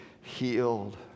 healed